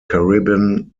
caribbean